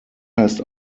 heißt